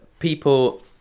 People